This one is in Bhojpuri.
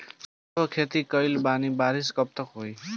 सरसों के खेती कईले बानी बारिश कब तक होई?